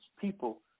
people